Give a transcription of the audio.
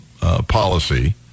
policy